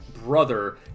brother